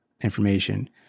information